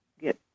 get